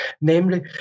namely